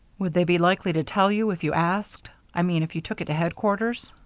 would they be likely to tell you if you asked? i mean if you took it to headquarters?